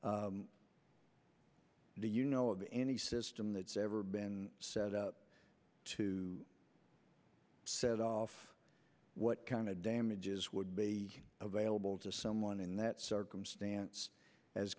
do you know of any system that's ever been set up to set off what kind of damages would be available to someone in that circumstance as